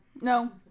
No